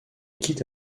quitte